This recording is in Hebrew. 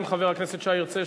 אם חבר הכנסת שי ירצה,